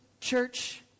church